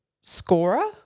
scorer